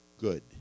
Good